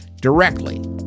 directly